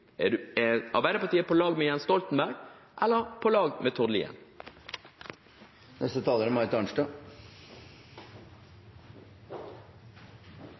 Er Arbeiderpartiet på lag med Jens Stoltenberg eller på lag med